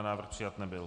Návrh přijat nebyl.